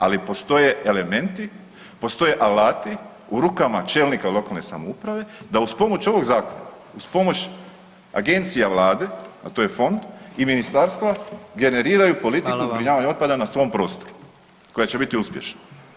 Ali postoje elementi, postoje alati u rukama čelnika lokalne samouprave da uz pomoć ovog zakona, uz pomoć agencija vlade, a to je fond i ministarstva generiraju politiku zbrinjavanja otpada na svom prostoru koja će biti uspješna.